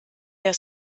der